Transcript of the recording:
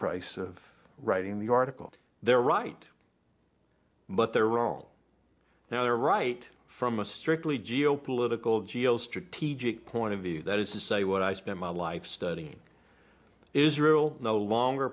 price of writing the article they're right but they're wrong now they're right from a strictly geopolitical geostrategic point of view that is to say what i spent my life studying israel no longer